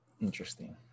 Interesting